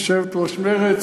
יושבת-ראש מרצ,